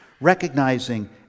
recognizing